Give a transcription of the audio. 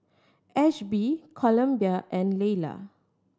Ashby Columbia and Laylah